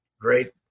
great